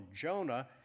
Jonah